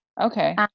Okay